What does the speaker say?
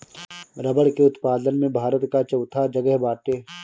रबड़ के उत्पादन में भारत कअ चउथा जगह बाटे